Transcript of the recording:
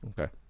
Okay